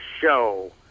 show